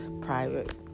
private